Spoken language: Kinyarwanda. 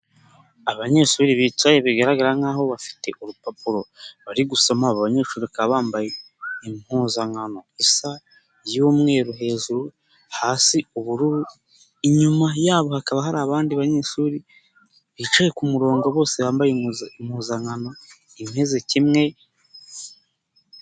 Abanyeshuri bicaye bigaragara nk'aho bafite urupapuro bari gusoma abo banyeshuri bakaba bambaye impuzankano isa y'umweru hejuru, hasi ubururu, inyuma yabo hakaba hari abandi banyeshuri bicaye ku murongo bose bambaye impuzankano imeze kimwe.